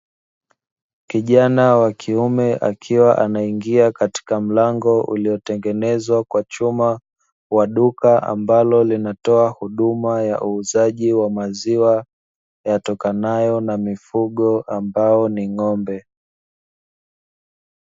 Kijana wa kiume akiwa anaingia katika mlango uliotengenezwa kwa chuma wa duka, ambalo linatoa huduma ya uuzaji wa maziwa yatokanayo na mifugo ambao ni ng'ombe.